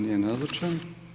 Nije nazočan.